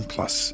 Plus